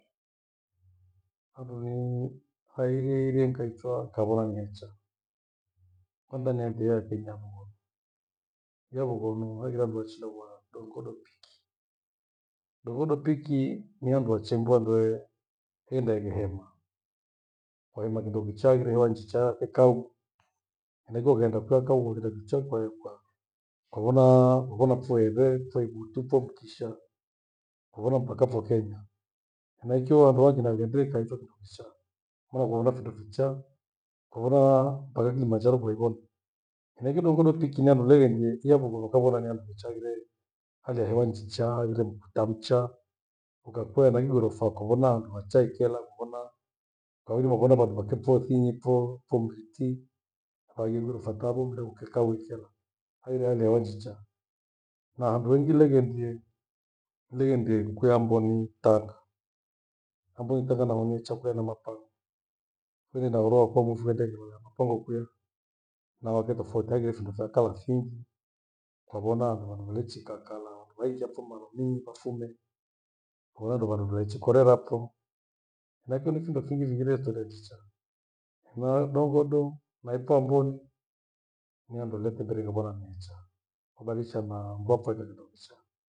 Handu nii hairi nikaichwa nikavona vecha. Hendinietheia vinyamuhu, viha vughonu vughonu hangire handu hachiia Dongodo piki. Dongondo piki ni handu hachimbwambie henda inihema. Kwahema kindo kicha, highire hewa njicha hekaghu. Henaicho ukaghenda kukaa kauko kindokichaa kwarekwa kuvonaaa, uvona mpho eve, ipho ibutu pho mkisha, kwa vona mpaka ipho kenya, henaicho wandu wakinavende kaitho kindo ficha. Maana kuvona findo fichaa, kuvonaa mpaka kilimanjaro kuevona. Henaicho Dongodo piki nihandu leghenjie iha vughonu nikavona nihandu hecha heghire. Hali ya hewa njicha, hengire mkitamcha hukakwea nakwi ghorofa ukavona handu hachaikela ukavona kwairima ivona vandu vikimtoethinyi pho pho mriti hai ghorofa kavo, gheruke kawikia hala hanghire hali ya hewa njicha. Na hambue kwilengendie nighendie kwia Amboni Tanga. Amboni Tanga naho necha kwia na mapango. Kwenenda uroo wakwo mwofie ndengigwereria mapango ukwie na wake tofauti hengile findo vya kale fingi. Kwavona vandu velechi kaa kala weingia pho malomi vafume. Korandu vandu valichikorera pho naicho ni phindo phingi hengiree tonge njicha. Na Dongodo na ipho Amboni ni handu lethiniteghere nikavona ni necha nubadilisha na kunavindo vicha.